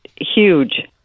huge